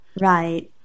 Right